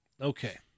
Okay